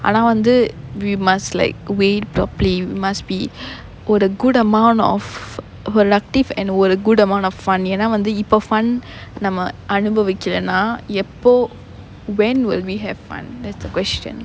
ஆனா வந்து:aanaa vanthu we must like weight it properly must be ஒரு:oru good amount of productive and ஒரு:oru good amount of fun ஏன்னா வந்து இப்ப:yaennaa vanthu ippa fun நம்ம அனுபவிக்கலனா எப்போ:namma anubavikalanaa eppo when will we have fun that's the question